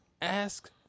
ask